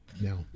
No